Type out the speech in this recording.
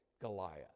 Goliath